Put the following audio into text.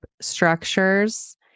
structures